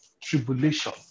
Tribulation